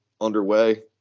underway